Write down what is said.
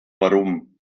warum